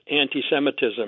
anti-Semitism